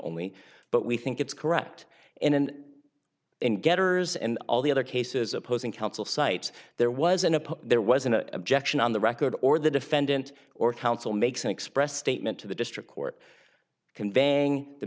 only but we think it's correct and in getters and all the other cases opposing counsel site there was an appeal there was an objection on the record or the defendant or counsel makes an express statement to the district court conveying the